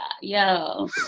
yo